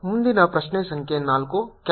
ಮುಂದಿನ ಪ್ರಶ್ನೆ ಸಂಖ್ಯೆ ನಾಲ್ಕು